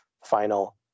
final